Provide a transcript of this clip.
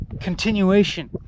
continuation